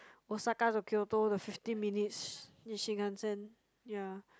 Osaka to Kyoto the fifteen minutes in shinkansen yeah